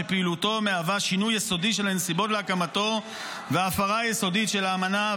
שפעילותו מהווה שינוי יסודי של הנסיבות להקמתו והפרה יסודית של האמנה".